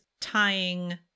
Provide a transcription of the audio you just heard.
tying